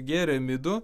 gėrė midų